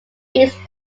reads